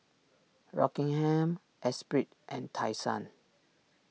Rockingham Esprit and Tai Sun